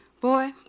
boy